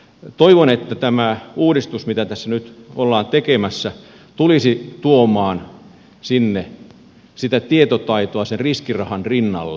toivon että tämä uudistus mitä tässä nyt ollaan tekemässä tulisi tuomaan sinne sitä tietotaitoa sen riskirahan rinnalle